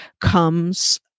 comes